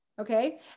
okay